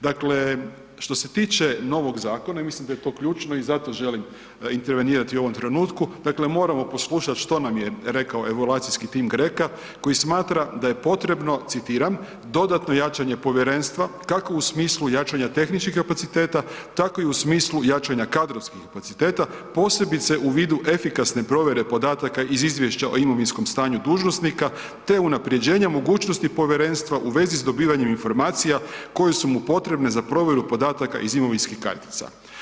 Dakle, što se tiče novog zakona i mislim da je to ključno i zato želim intervenirati u ovom trenutku, dakle moramo poslušati što nam je rekao evaluacijski tim GRECO-a koji smatra da je potrebno citiram „dodatno jačanje povjerenstva, kako u smislu jačanja tehničkih kapaciteta, tako i u smislu jačanja kadrovskih kapaciteta, posebice u vidu efikasne provjere podataka iz izvješća o imovinskom stanju dužnosnika te unapređenje mogućnosti povjerenstva u vezi s dobivanjem informacija koje su mu potrebne za provjeru podataka iz imovinskih kartica“